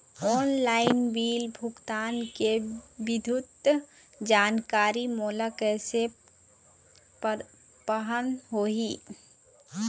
Online bill भुगतान के विस्तृत जानकारी मोला कैसे पाहां होही?